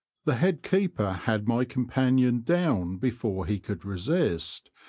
the head-keeper had my companion down before he could resist,